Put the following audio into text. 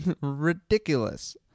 ridiculous